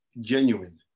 genuine